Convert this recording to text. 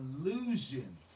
illusion